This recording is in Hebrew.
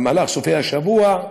בסופי השבוע,